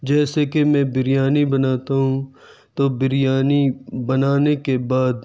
جیسے کہ میں بریانی بناتا ہوں تو بریانی بنانے کے بعد